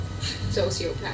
Sociopath